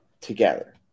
together